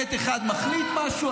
קבינט אחד מחליט משהו,